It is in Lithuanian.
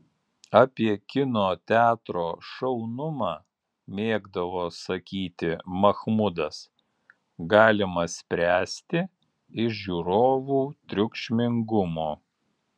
apie kino teatro šaunumą mėgdavo sakyti mahmudas galima spręsti iš žiūrovų triukšmingumo